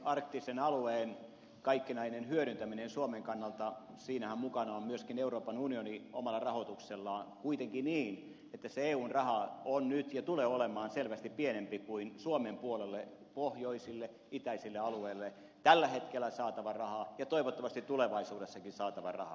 arktisen alueen kaikkinaisessa hyödyntämisessä suomen kannalta mukana on myös euroopan unioni omalla rahoituksellaan kuitenkin niin että se eun raha on nyt ja tulee olemaan selvästi pienempi kuin suomen puolelle pohjoisille itäisille alueille tällä hetkellä saatava raha ja toivottavasti tulevaisuudessakin saatava raha